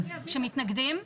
שמתנגדים?